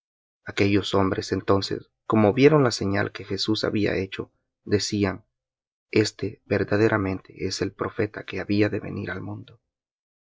aquellos hombres entonces como vieron la señal que jesús había hecho decían este verdaderamente es el profeta que había de venir al mundo